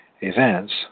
events